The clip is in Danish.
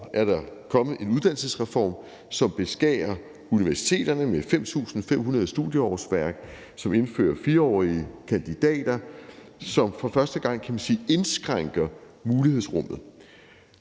er der kommet en uddannelsesreform, som beskærer universiteterne med 5.500 studenterårsværk, som indfører 4-årige kandidater, og som – kan man sige – for første gang indskrænker mulighedsrummet.